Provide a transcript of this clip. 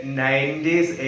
90s